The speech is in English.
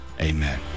amen